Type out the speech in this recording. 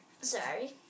Sorry